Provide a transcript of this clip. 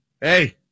Hey